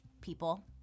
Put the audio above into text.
people